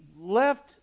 left